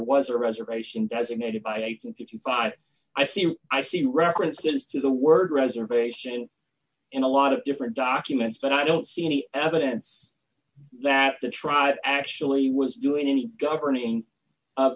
was a reservation designated by eight hundred and fifty five i see i see references to the word reservation in a lot of different documents but i don't see any evidence that the tribe actually was doing any governing of